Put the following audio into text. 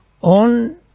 on